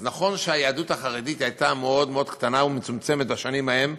אז נכון שהיהדות החרדית הייתה מאוד מאוד קטנה ומצומצמת בשנים ההן,